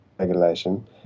regulation